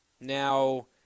Now